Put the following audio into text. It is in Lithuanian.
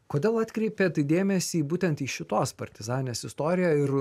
kodėl atkreipėt dėmesį būtent į šitos partizanės istoriją ir